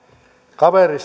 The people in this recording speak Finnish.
kaveri